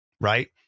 right